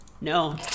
No